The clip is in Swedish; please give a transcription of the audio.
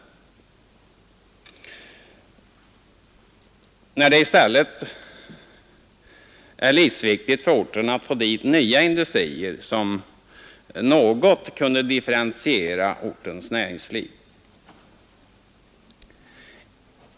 Det beskedet kom alltså när det i stället är livsviktigt att få dit nya industrier som något kan differentiera ortens näringsliv.